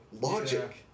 logic